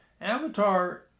Avatar